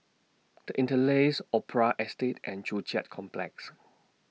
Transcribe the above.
The Interlace Opera Estate and Joo Chiat Complex